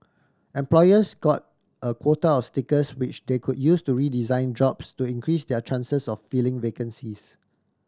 employers got a quota of stickers which they could use to redesign jobs to increase their chances of filling vacancies